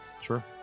Sure